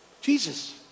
Jesus